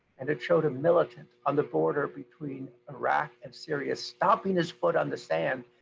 and it showed a militant on the border between iraq and syria stomping his foot on the sand,